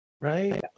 right